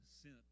sent